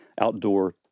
outdoor